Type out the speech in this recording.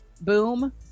boom